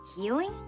healing